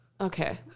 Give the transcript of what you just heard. Okay